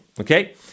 Okay